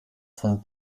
von